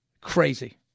crazy